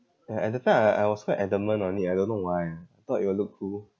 ya at that time I I was quite adamant on it I don't know why ah I thought it will look cool